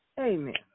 Amen